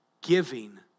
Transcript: Giving